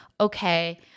okay